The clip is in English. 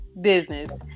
business